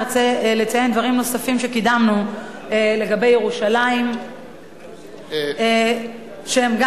ארצה לציין דברים נוספים שקידמנו לגבי ירושלים שהם גם